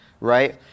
right